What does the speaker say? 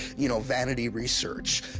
you know, vanity research.